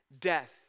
death